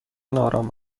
آرام